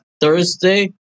Thursday